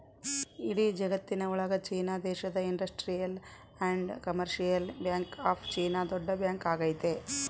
ಇಡೀ ಜಗತ್ತಿನ ಒಳಗ ಚೀನಾ ದೇಶದ industrial and commercial bank of China ದೊಡ್ಡ ಬ್ಯಾಂಕ್ ಆಗೈತೆ